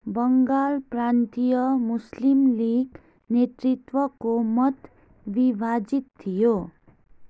बङ्गाल प्रान्तीय मुस्लिम लिग नेतृत्वको मत विभाजित थियो